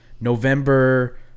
November